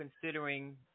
considering